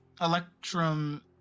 Electrum